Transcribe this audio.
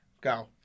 Go